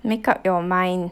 make up your mind